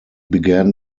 began